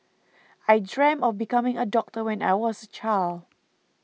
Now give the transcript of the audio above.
I dreamt of becoming a doctor when I was a child